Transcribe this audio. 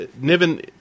Niven